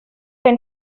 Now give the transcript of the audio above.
ein